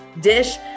dish